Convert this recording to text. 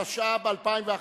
התשע"ב 2011,